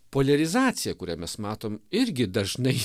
poliarizacija kurią mes matom irgi dažnai